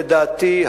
לדעתי,